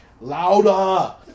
Louder